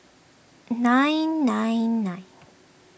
nine nine nine